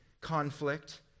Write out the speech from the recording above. conflict